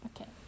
okay